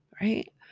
right